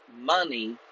money